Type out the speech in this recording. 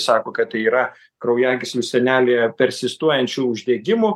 sako kad tai yra kraujagyslių sienelėje persistuojančių uždegimų